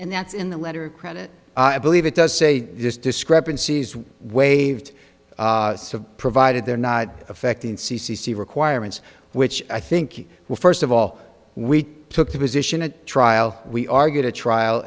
and that's in the letter of credit i believe it does say this discrepancies waived provided they're not affecting c c c requirements which i think were first of all we took the position at trial we argued a trial